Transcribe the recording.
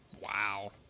Wow